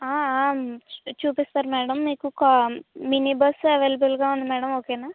చూపిస్తారు మేడం మీకు కా మిని బస్ అవైలబుల్గా ఉంది మేడం ఓకేనా